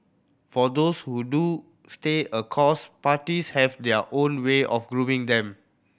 for those who do stay a course parties have their own way of grooming them